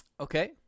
Okay